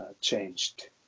changed